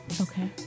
Okay